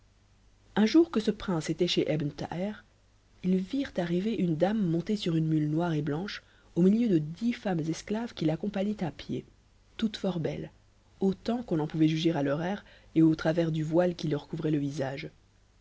un jour que ce prince était chez ebn thaher ils virent arriver une dame montée sur une mule noire et blanche au milieu de dix femmes esclaves qui raccompagnaient à pied toutes fort belles autant qu'on en pouvait juger à leur air et au travers du voile qui leur couvrait le visage